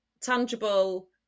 tangible